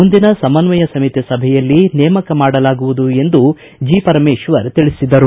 ಮುಂದಿನ ಸಮನ್ವಯ ಸಮಿತಿ ಸಭೆಯಲ್ಲಿ ನೇಮಕ ಮಾಡಲಾಗುವುದು ಎಂದರು